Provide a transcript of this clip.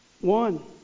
One